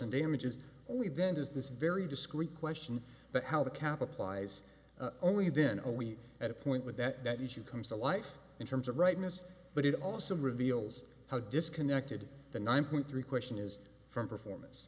in damages only then does this very discreet question but how the cap applies only then a week at a point with that issue comes to life in terms of rightness but it also reveals how disconnected the nine point three question is from performance